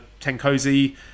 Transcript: Tenkozi